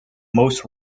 most